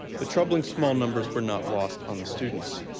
the troubling small numbers were not lost on the students.